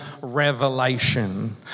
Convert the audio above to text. revelation